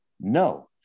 No